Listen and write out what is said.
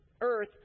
earth